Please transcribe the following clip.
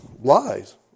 lies